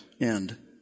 end